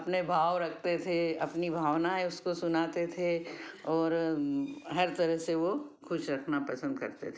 अपने भाव रखते थे अपनी भावनाएँ उसको सुनाते थे और हर तरह से वो खुश रखना पसंद करते थे